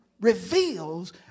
Reveals